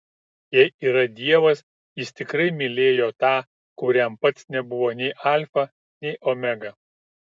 jei yra dievas jis tikrai mylėjo tą kuriam pats nebuvo nei alfa nei omega